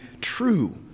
true